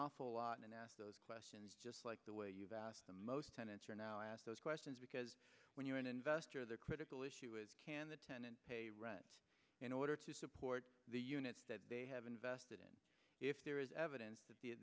awful lot and ask those questions just like the way you've asked the most tenants are now ask those questions because when you're an investor the critical issue is can the tenant pay rent in order to support the units that they have invested in if there is evidence that the